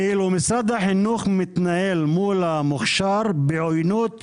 ואילו משרד החינוך מתנהל מול המוכשר בעוינות בולטת.